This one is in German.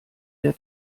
der